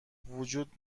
وجود